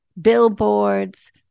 billboards